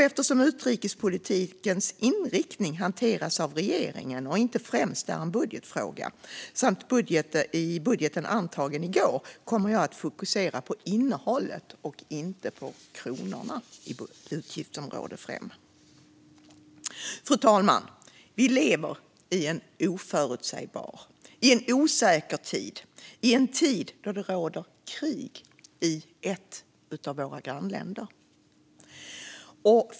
Eftersom utrikespolitikens inriktning hanteras av regeringen och inte främst är en budgetfråga, och eftersom budgeten antogs i går, kommer jag att fokusera på innehållet och inte på kronorna i utgiftsområde 5. Fru talman! Vi lever i en oförutsägbar och osäker tid. Det råder krig i ett av våra grannländer.